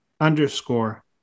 underscore